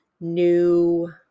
new